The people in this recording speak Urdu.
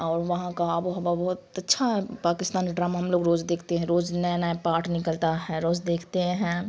اور وہاں کا آب و ہوا بہت اچھا ہے پاکستانی ڈرامہ ہم لوگ روز دیکتے ہیں روز نیا نیا پارٹ نکلتا ہے روز دیکھتے ہیں